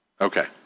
Okay